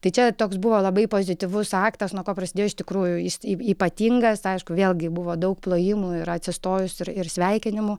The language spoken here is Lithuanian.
tai čia toks buvo labai pozityvus aktas nuo ko prasidėjo iš tikrųjų jis ypatingas aišku vėlgi buvo daug plojimų ir atsistojus ir ir sveikinimų